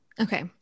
Okay